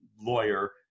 lawyer